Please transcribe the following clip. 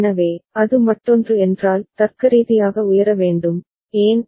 எனவே அது மற்றொன்று என்றால் தர்க்கரீதியாக உயர வேண்டும் ஏன்